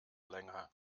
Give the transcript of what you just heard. länger